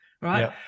right